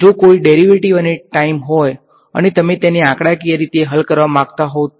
જો કોઈ ડેરીવેટીવ અને ટાઈમ હોય અને તમે તેને આંકડાકીય રીતે હલ કરવા માંગતા હોવ તો